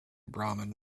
brahman